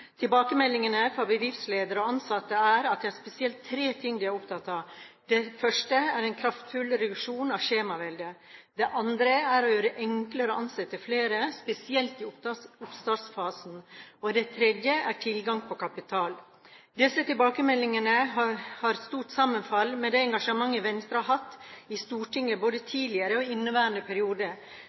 Tilbakemeldingene fra bedriftsledere og ansatte er at det er spesielt tre ting de er opptatt av. Det første er en kraftfull reduksjon av skjemaveldet, det andre er å gjøre det enklere å ansette flere, spesielt i oppstartsfasen, og det tredje er tilgang på kapital. Disse tilbakemeldingene har et stort sammenfall med det engasjementet Venstre har hatt i Stortinget i både tidligere og inneværende periode,